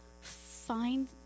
find